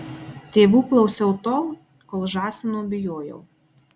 tėvų klausiau tol kol žąsino bijojau